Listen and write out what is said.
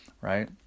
right